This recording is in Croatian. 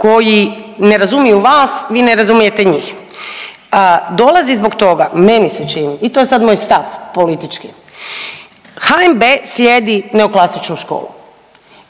koji ne razumiju vas, vi ne razumijete njih. Dolazi zbog toga meni se čini i to je sad moj stav politički. HNB slijedi neoklasičnu školu